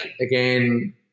again